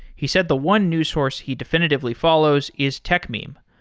he said the one news source he definitively follows is techmeme.